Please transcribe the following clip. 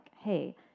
hey